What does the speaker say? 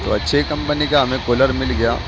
تو اچھی کمپنی کا ہمیں کولر مل گیا